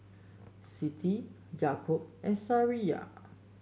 Siti Yaakob and Safiya